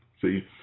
See